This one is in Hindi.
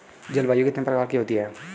जलवायु कितने प्रकार की होती हैं?